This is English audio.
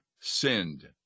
sinned